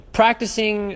practicing